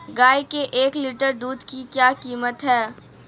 गाय के एक लीटर दूध की क्या कीमत है?